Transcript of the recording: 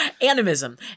Animism